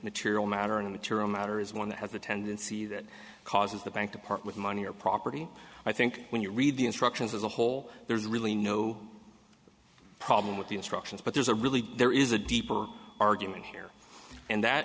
immaterial matter an immaterial matter is one that has a tendency that causes the bank to part with money or property i think when you read the instructions as a whole there's really no problem with the instructions but there's a really there is a deeper argument here and that